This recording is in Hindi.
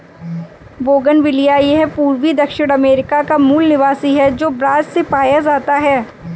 बोगनविलिया यह पूर्वी दक्षिण अमेरिका का मूल निवासी है, जो ब्राज़ से पाया जाता है